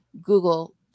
Google